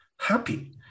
happy